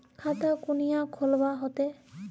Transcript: खाता कुनियाँ खोलवा होते?